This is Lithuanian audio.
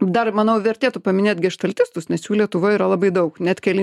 dar manau vertėtų paminėt geštaltistus nes jų lietuvoj yra labai daug net keli